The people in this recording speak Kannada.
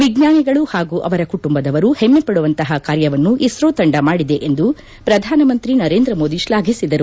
ವಿಜ್ಙಾನಿಗಳು ಹಾಗೂ ಅವರ ಕುಟುಂಬದವರು ಹೆಮ್ಮೆಪಡುವಂತಹ ಕಾರ್ಯವನ್ನು ಇಸ್ರೋ ತಂಡ ಮಾಡಿದೆ ಎಂದು ಪ್ರಧಾನಮಂತ್ರಿ ನರೇಂದ್ರ ಮೋದಿ ಶ್ಲಾಘಿಸಿದರು